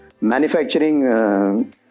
manufacturing